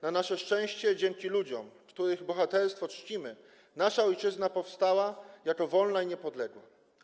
Na nasze szczęście dzięki ludziom, których bohaterstwo czcimy, nasza ojczyzna powstała jako wolna i niepodległa.